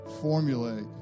formulate